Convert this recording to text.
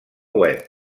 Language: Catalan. web